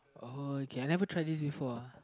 oh okay I never try this before uh